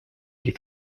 les